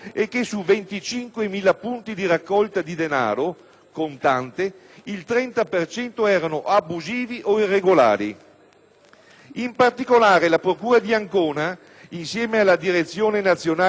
In particolare, la procura di Ancona, insieme alla Direzione nazionale antimafia, ha ordinato il sequestro di 400 agenzie abusive che operavano soprattutto per conto di immigrati.